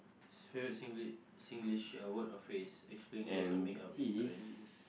favourite Singlish Singlish a word or phrase explain guess or make up its origins